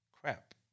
crap